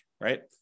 right